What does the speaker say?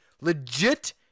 legit